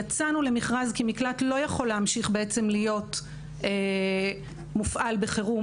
יצאנו למכרז כי מקלט לא יכול להמשיך להיות מופעל בחירום